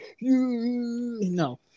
no